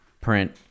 print